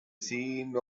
seen